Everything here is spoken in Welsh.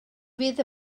fydd